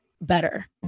better